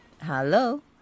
Hello